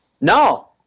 No